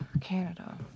Canada